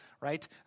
right